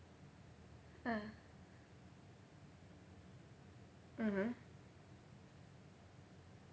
ah mmhmm